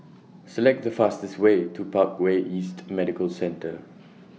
Select The fastest Way to Parkway East Medical Centre